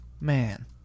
man